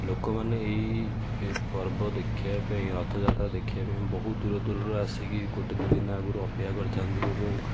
ଲୋକ ମାନେ ଏଇ ପର୍ବ ଦେଖିବା ପାଇଁ ରଥଯାତ୍ରା ଦେଖିବା ପାଇଁ ବହୁତ ଦୂର ଦୂରରୁ ଆସିକି ଗୋଟେ ଦୁଇ ଦିନ ଆଗରୁ ଅପେକ୍ଷା କରିଥାନ୍ତି ଏବଂ